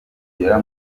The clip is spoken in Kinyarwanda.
kugera